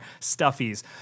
stuffies